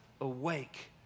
awake